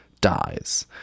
dies